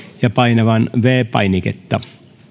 ja painamaan viides painiketta